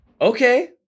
Okay